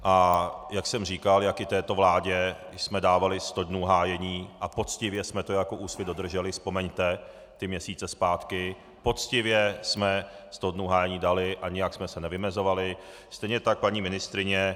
A jak jsem říkal, jak i této vládě jsme dávali sto dnů hájení a poctivě jsme to jako Úsvit dodrželi, vzpomeňte ty měsíce zpátky, poctivě jsme sto dnů hájení dali a nijak jsme se nevymezovali, stejně tak paní ministryni.